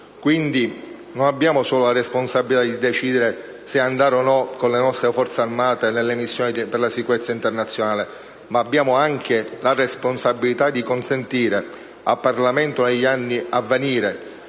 Quindi, non abbiamo solo la responsabilità di decidere se andare o no, con le nostre Forze armate, nelle missioni per la sicurezza internazionale, abbiamo anche la responsabilità di consentire al Parlamento negli anni a venire